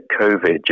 COVID